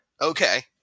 Okay